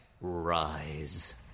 rise